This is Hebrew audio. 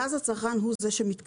ואז הצרכן הוא זה שמתקשר.